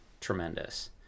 tremendous